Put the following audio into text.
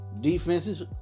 defenses